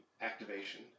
activation